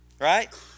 Right